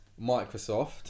Microsoft